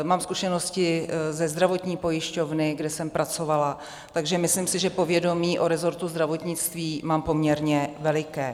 Mám zkušenosti ze zdravotní pojišťovny, kde jsem pracovala, takže si myslím, že povědomí o resortu zdravotnictví mám poměrně veliké.